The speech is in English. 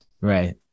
Right